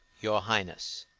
your highness.